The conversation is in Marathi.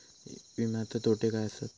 विमाचे तोटे काय आसत?